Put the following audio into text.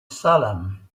salem